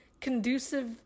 conducive